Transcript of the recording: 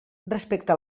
respecte